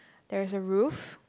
there is a roof